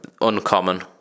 uncommon